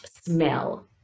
smell